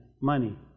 money